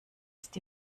ist